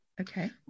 Okay